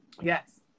yes